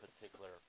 particular